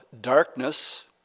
darkness